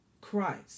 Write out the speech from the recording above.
Christ